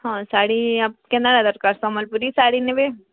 ହଁ ଶାଢ଼ୀ କେନ୍ତା ଦର୍କାର୍ ସମ୍ୱଲପୁରୀ ଶାଢ଼ୀ ନେବେ